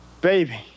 Baby